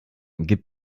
gib